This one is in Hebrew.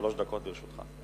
שלוש דקות לרשותך.